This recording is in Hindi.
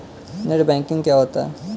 नेट बैंकिंग क्या होता है?